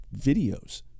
videos